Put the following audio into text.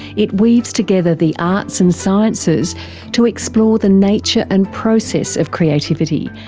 it weaves together the arts and sciences to explore the nature and process of creativity,